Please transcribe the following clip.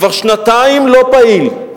כבר שנתיים לא פעיל,